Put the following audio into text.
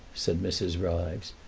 said mrs. ryves,